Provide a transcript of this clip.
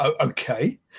Okay